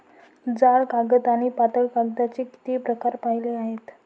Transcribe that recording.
जाड कागद आणि पातळ कागदाचे किती प्रकार पाहिले आहेत?